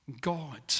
God